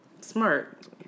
smart